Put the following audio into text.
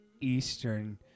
Eastern